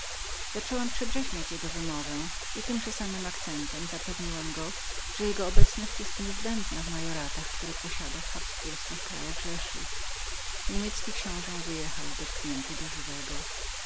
zaczęłam naśladować jego wymowę i tymże samym akcentem zapewniłam go że jego obecność była niezbędną w majoratach które posiadał w państwach dziedzicznych niemiecki książe wyjechał dotknięty do żywego